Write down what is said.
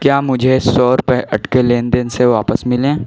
क्या मुझे सौ रुपये अटके लेन देन से वापस मिलें